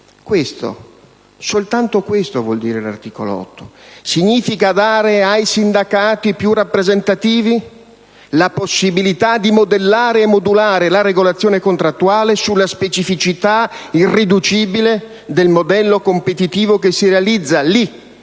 Questo, soltanto questo, vuol dire l'articolo 8. Significa dare ai sindacati più rappresentativi la possibilità di modellare e modulare la regolazione contrattuale sulla specificità irriducibile del modello competitivo che si realizzi lì,